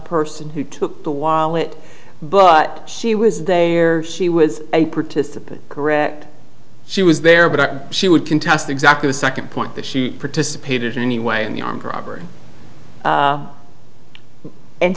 person who took the wallet but she was there she was a participant correct she was there but she would contest exactly the second point that she participated in any way in the armed robbery a